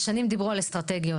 ושנים דיברו על אסטרטגיות,